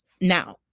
now